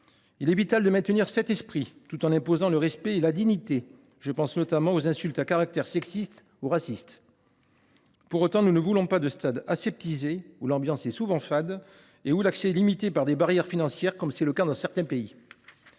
Il est vital de maintenir cet esprit, tout en imposant le respect et la dignité. Je pense notamment aux insultes à caractère sexiste ou raciste. Pour autant, nous ne voulons pas de ces stades aseptisés, où l’ambiance est souvent fade et l’accès limité par des barrières financières, comme c’est le cas dans certains pays.